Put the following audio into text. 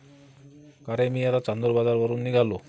अरे मी आता चांदूर बाजारवरून निघालो